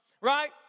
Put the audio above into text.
right